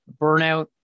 burnout